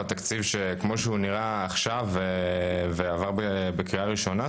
בתקציב כמו שהוא נראה עכשיו ועבר בקריאה ראשונה,